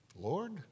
Lord